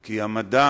כי המדע